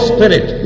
Spirit